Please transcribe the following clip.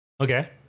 Okay